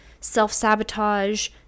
self-sabotage